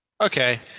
Okay